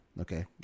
Okay